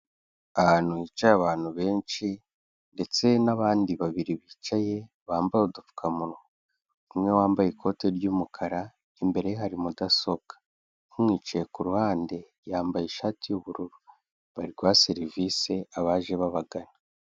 Ahantu hicaye abantu benshi ndetse n'abandi babiri bicaye bambaye udupfukamunwa; umwe wambaye ikote ry'umukara imbere ye hari mudasobwa, umwicaye ku ruhande yambaye ishati y'ubururu; bari guha serivise abaje babagana.